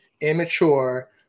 immature